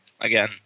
again